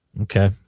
Okay